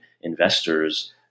investors